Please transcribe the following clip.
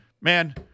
man